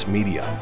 Media